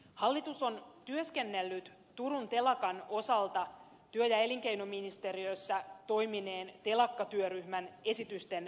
hallitus on työskennellyt turun telakan osalta työ ja elinkeinoministeriössä toimineen telakkatyöryhmän esitysten pohjalta